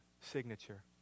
signature